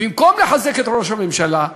ובמקום לחזק את ראש הממשלה,